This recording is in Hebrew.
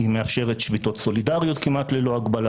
היא מאפשרת שביתות סולידריות כמעט ללא הגבלה